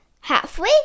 halfway